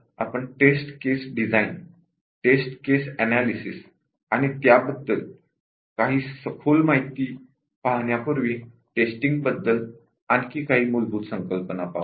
आपण test case design test coverage analysis याबद्दल सखोल माहिती पाहण्यापूर्वी टेस्टींग बद्दल आणखी काही मूलभूत संकल्पना पाहू